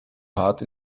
hart